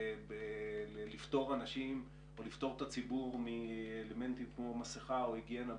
כדי לפטור אנשים או לפטור את הציבור מאלמנטים כמו מסכה או היגיינה וכו',